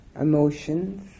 emotions